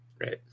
Right